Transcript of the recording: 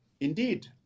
indeed